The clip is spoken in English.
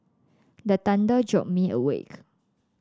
the thunder jolt me awake